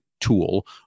tool